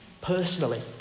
personally